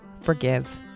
forgive